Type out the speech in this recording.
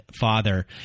father